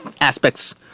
aspects